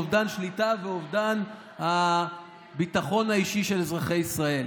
אובדן שליטה ואובדן הביטחון האישי של אזרחי ישראל.